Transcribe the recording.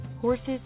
Horses